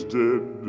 dead